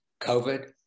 COVID